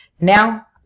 now